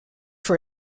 for